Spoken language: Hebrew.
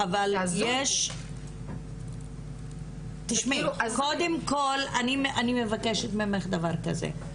דבר ראשון, אני מבקשת ממך, איילה, דבר כזה.